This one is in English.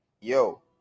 yo